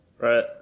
Right